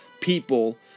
people